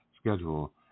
schedule